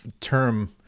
term